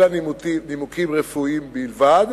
אלא נימוקים רפואיים בלבד.